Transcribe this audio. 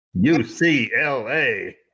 UCLA